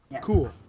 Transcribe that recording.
Cool